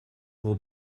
pour